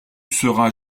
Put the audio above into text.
seras